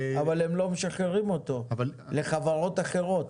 אבל הם לא משחררים אותו לחברות אחרות,